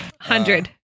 Hundred